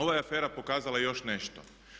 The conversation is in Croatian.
Ova je afera pokazala još nešto.